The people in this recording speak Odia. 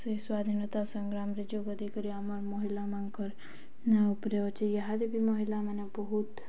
ସେ ସ୍ଵାଧୀନତା ସଂଗ୍ରାମରେ ଯୋଗ ଦେଇ କରି ଆମର ମହିଳାମାନଙ୍କର ନା ଉପରେ ଅଛି ଇହାଦେ ବି ମହିଳାମାନେ ବହୁତ